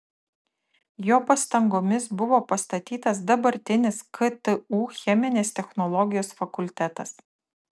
jo pastangomis buvo pastatytas dabartinis ktu cheminės technologijos fakultetas